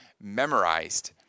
memorized